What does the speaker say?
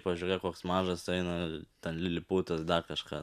pažiūrėk koks mažas eina ten liliputas dar kažką